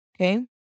Okay